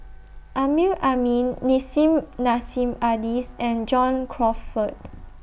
Amrin Amin Nissim Nassim Adis and John Crawfurd